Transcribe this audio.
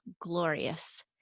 glorious